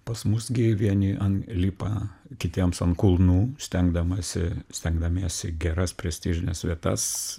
pas mus gi vieni an lipa kitiems ant kulnų stengdamasi stengdamiesi geras prestižines vietas